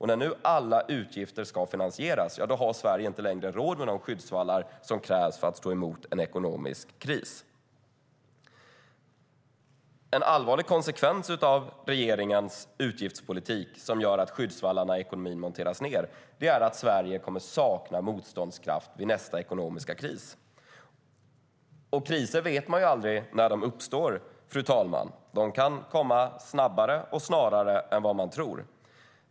När nu alla utgifter ska finansieras har Sverige inte längre råd med de skyddsvallar som krävs för att stå emot en ekonomisk kris. En allvarlig konsekvens av regeringens utgiftspolitik som gör att skyddsvallarna i ekonomin monteras ned är att Sverige kommer att sakna motståndskraft vid nästa ekonomiska kris. Man vet aldrig när kriser uppstår, fru talman. De kan komma snabbare och snarare än vad man tror.